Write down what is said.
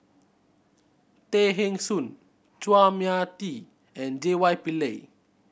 Tay Eng Soon Chua Mia Tee and J Y Pillay